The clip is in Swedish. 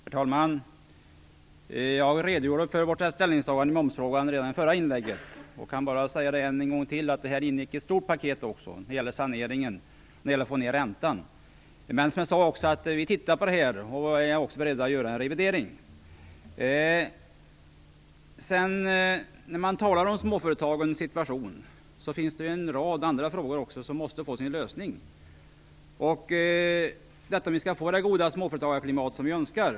Herr talman! Jag redogjorde redan i mitt förra inlägg för vårt ställningstagande i momsfrågan. Jag vill bara än en gång säga att det ingick i ett stort paket när det gällde att få ned räntan och sanera ekonomin. Jag sade också att vi nu tittar närmare på det här och även är beredda att göra en revidering. I samband med småföretagens situation är det också en rad andra frågor som måste få sin lösning, om vi skall få det goda småföretagarklimat som vi önskar.